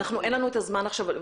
אין לנו את הזמן עכשיו.